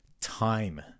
time